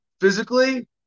physically